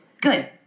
Good